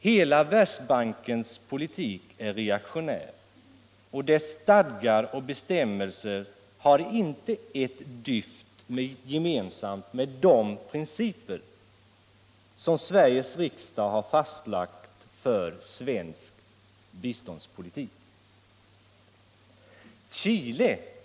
Hela Världsbankens politik är reaktionär, och dess stadgar och bestämmelser har inte ett dyft gemensamt med de principer som Sveriges riksdag har fastlagt för svensk biståndspolitik.